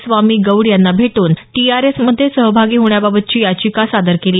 स्वामी गौड यांना भेटून टीआरएसमध्ये सहभागी होण्याबाबतची याचिका सादर केली